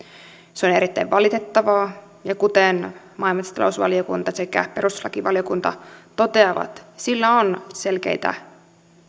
se on erittäin valitettavaa ja kuten maa ja metsätalousvaliokunta sekä perustuslakivaliokunta toteavat sillä on selkeitä